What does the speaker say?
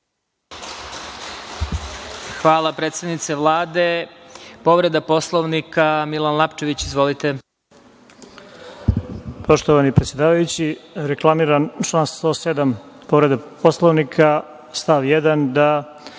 Hvala, predsednice Vlade. Povreda Poslovnika, Milan Lapčević. Izvolite.